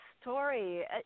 story